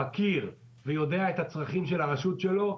מכיר ויודע את הצרכים של הרשות שלו,